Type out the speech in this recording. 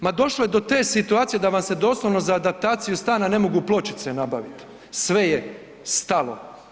Ma došlo je do te situacije da vam se doslovno za adaptaciju stana ne mogu pločice nabavit, sve je stalo.